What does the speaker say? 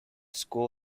school